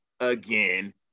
again